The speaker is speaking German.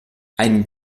ein